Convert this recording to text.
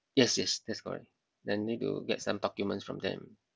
yes yes that's correct then need to get some documents from them